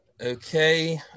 Okay